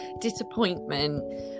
disappointment